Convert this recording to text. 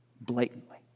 blatantly